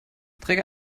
träger